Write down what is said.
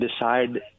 decide